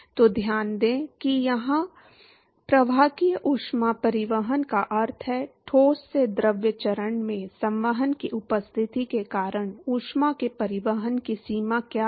तो ध्यान दें कि यहां प्रवाहकीय ऊष्मा परिवहन का अर्थ है ठोस से द्रव चरण में संवहन की उपस्थिति के कारण ऊष्मा के परिवहन की सीमा क्या है